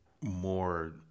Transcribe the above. more